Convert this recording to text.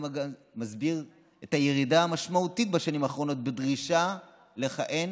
זה מסביר את הירידה המשמעותית בשנים האחרונות בדרישה לכהן